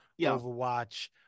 Overwatch